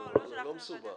לא שלחת --- לא מסובך.